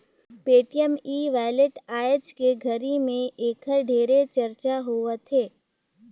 Paytm e wallet आयज के घरी मे ऐखर ढेरे चरचा होवथे